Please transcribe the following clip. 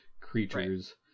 creatures